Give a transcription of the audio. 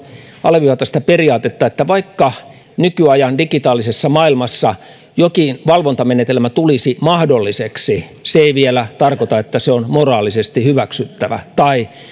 alleviivata sitä periaatetta että vaikka nykyajan digitaalisessa maailmassa jokin valvontamenetelmä tulisi mahdolliseksi se ei vielä tarkoita että se on moraalisesti hyväksyttävä tai